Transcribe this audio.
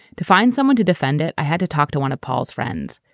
to find someone to defend it i had to talk to one of paul's friends,